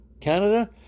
Canada